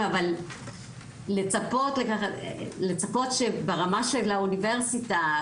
אבל לצפות שברמה של האוניברסיטה,